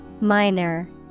minor